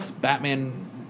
Batman